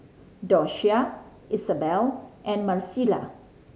Doshia Isabell and Marcela